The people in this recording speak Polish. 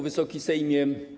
Wysoki Sejmie!